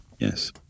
Yes